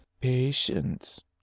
patience